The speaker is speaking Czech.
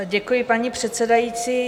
Děkuji, paní předsedající.